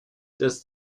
das